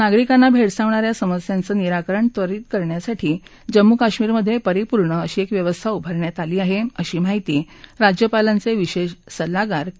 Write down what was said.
नागरिकांना भेडसावणाऱ्या समस्यांचं निराकरण त्वरित करण्यासाठी जम्मू काश्मीरमध्ये परिपूर्ण अशी एक व्यवस्था उभारण्यात आली आहे अशी माहिती राज्यपालांचे विशेष सल्लागार के